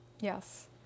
yes